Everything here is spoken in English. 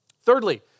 Thirdly